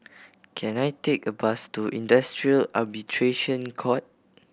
can I take a bus to Industrial Arbitration Court